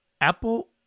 Apple